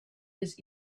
his